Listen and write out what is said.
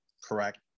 correct